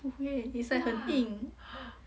不会 it's like 很硬